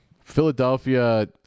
Philadelphia